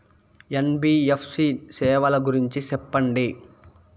NBFC సేవల గురించి సెప్పండి?